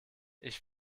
ich